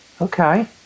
Okay